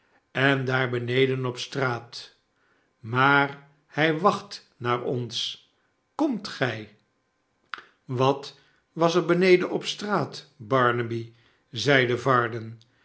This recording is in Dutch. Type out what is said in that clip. en daar beneden op straat maar hij wacht naar ons komt gij wat was er beneden op straat barnaby zeide varden